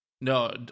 no